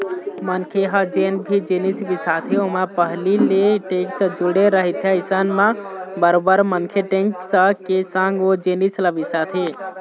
मनखे ह जेन भी जिनिस बिसाथे ओमा पहिली ले टेक्स जुड़े रहिथे अइसन म बरोबर मनखे टेक्स के संग ओ जिनिस ल बिसाथे